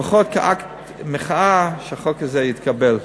אם לפחות כאקט מחאה החוק הזה יתקבל.